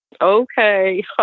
Okay